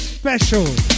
special